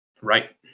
Right